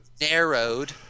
narrowed